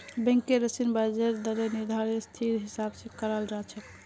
बैंकेर ऋनेर ब्याजेर दरेर निर्धानरेर स्थितिर हिसाब स कराल जा छेक